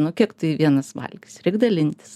nu kiek tu jį vienas valgysi reik dalintis